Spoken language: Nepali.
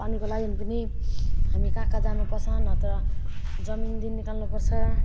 पानीको लागि पनि हामी कहाँ कहाँ जानु पर्छ नत्र जमिनदेखि निकाल्नु पर्छ